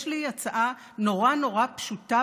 יש לי הצעה נורא נורא פשוטה,